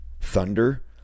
thunder